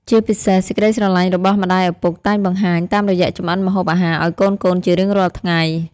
ជាពិសេសសេចក្ដីស្រឡាញ់របស់ម្តាយឪពុកតែងបង្ហាញ តាមរយះចម្អិនម្ហូបអាហារឱ្យកូនៗជារៀងរាល់ថ្ងៃ។